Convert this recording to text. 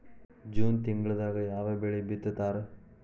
June ತಿಂಗಳದಾಗ ಯಾವ ಬೆಳಿ ಬಿತ್ತತಾರ?